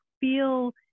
feel